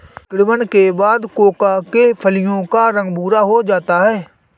किण्वन के बाद कोकोआ के फलियों का रंग भुरा हो जाता है